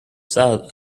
sad